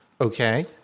Okay